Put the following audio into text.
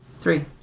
Three